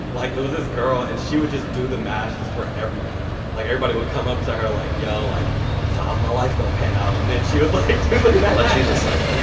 like it was this girl and she would just do the mashes for everybody. like everybody would come up to her like, yo, like so how's my life gonna pan out? and then she would like but like she was a psychic?